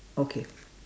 okay